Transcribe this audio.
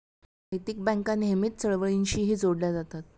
नैतिक बँका नेहमीच चळवळींशीही जोडल्या जातात